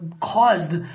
caused